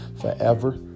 Forever